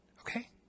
Okay